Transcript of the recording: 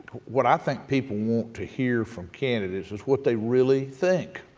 what i think people want to hear from candidates is what they really think,